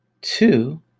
two